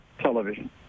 television